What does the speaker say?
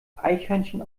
eichhörnchen